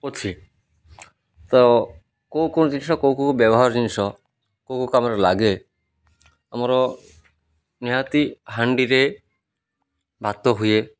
ଅଛି ତ କୋଉ କୋଉ ଜିନିଷ କୋଉ କୋଉ ବ୍ୟବହାର ଜିନିଷ କୋଉ କୋଉ କାମରେ ଲାଗେ ଆମର ନିହାତି ହାଣ୍ଡିରେ ଭାତ ହୁଏ